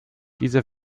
diese